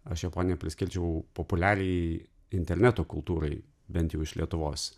aš japoniją priskirčiau populiariajai interneto kultūrai bent jau iš lietuvos